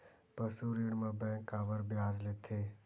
पशु ऋण म बैंक काबर ब्याज लेथे?